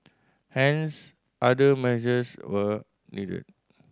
hence other measures were needed